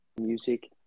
music